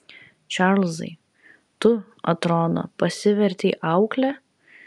čarlzai tu atrodo pasivertei aukle